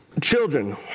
Children